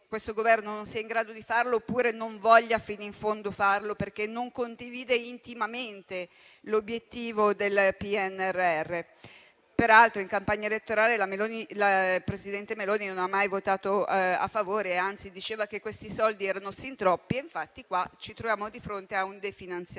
questo Governo non sia in grado di farlo, oppure non voglia farlo fino in fondo, perché non condivide intimamente l'obiettivo del PNRR. Peraltro, in campagna elettorale, la presidente Meloni non ha mai votato a favore; anzi, diceva che questi soldi erano sin troppi. Infatti, qua ci troviamo di fronte a un definanziamento,